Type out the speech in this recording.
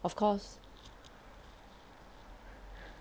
of course